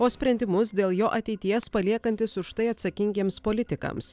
o sprendimus dėl jo ateities paliekantis už tai atsakingiems politikams